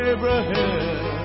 Abraham